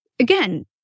Again